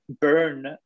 burn